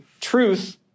truth